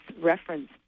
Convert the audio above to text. reference